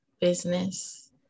business